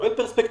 לקבל פרספקטיבה.